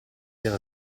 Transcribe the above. era